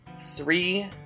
three